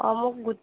অ মোক গোট